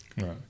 Right